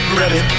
ready